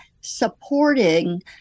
supporting